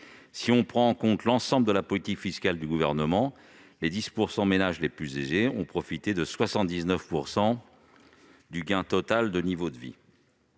Si l'on prend en compte l'ensemble de la politique fiscale du Gouvernement, les 10 % de ménages les plus aisés ont profité de 79 % du gain total de niveau de vie.